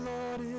Lord